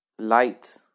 light